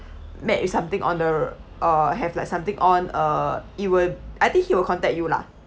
met with something on the r~ uh have like something on uh it will I think he will contact you lah